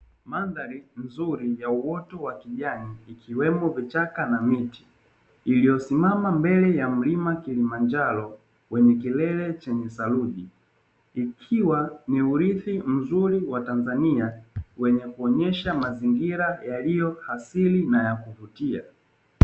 Mandhari nzuri ya uoto wa kijani ikiwemo vichaka na miti iliyo simama mbele ya mlima Kilimanjaro wenye kilele chenye saruji, ikiwa ni urithi mzuri wa Tanzania wenye kuonyesha mazingira yaliyoaasili na ya kuvutia.